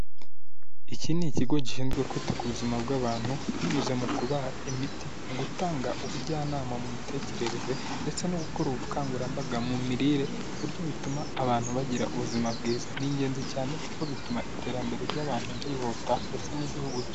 Iki ni ikigo gishinzwe kwita ku buzima bw'abantu binyuze mu kubaha imiti, mu gutanga ubujyanama mu mitekerereze ndetse no gukora ubukangurambaga mu mirire ku buryo bituma abantu bagira ubuzima bwiza, ni ingenzi cyane kuko bituma iterambere ry'abantu ryihuta ndetse n'igihugu.